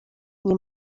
nie